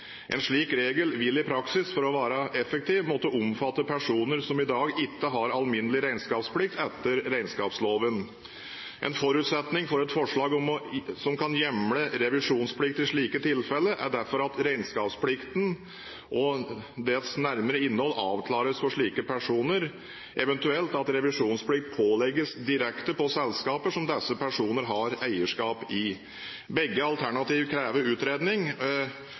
En slik regel vil i praksis, for å være effektiv, måtte omfatte personer som i dag ikke har alminnelig regnskapsplikt etter regnskapsloven. En forutsetning for et forslag som kan hjemle revisjonsplikt i slike tilfeller, er derfor at regnskapsplikten og dens nærmere innhold avklares for slike personer, eventuelt at revisjonsplikt pålegges direkte på selskaper som disse personer har eierskap i. Begge alternativene krever utredning,